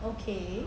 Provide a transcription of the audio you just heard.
okay